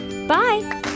Bye